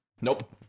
nope